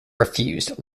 refused